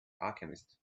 alchemist